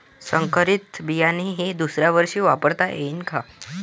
संकरीत बियाणे हे दुसऱ्यावर्षी वापरता येईन का?